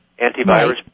antivirus